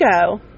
go